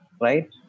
right